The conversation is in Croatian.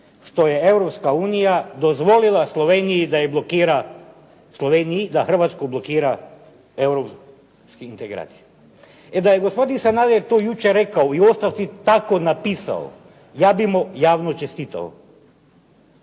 što je Europska unija dozvolila Sloveniji da Hrvatsku blokira europske integracije. E da je to gospodin Sanader to jučer rekao i u ostavci tako napisao ja bih mu javno čestitao